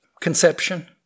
conception